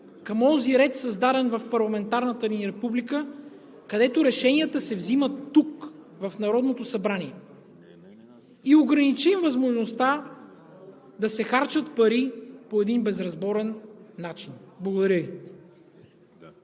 към онзи ред, създаден в парламентарната ни Република, където решенията се взимат тук в Народното събрание и ограничим възможността да се харчат пари по един безразборен начин. Благодаря Ви.